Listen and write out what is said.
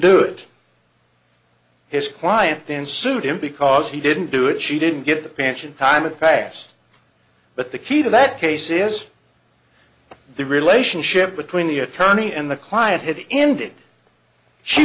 do it his client then sued him because he didn't do it she didn't get the pants in time and passed but the key to that case is the relationship between the attorney and the client has ended she